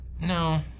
no